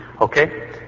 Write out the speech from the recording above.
Okay